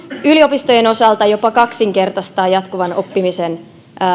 yliopistojen osalta jopa kaksinkertaistaa jatkuvan oppimisen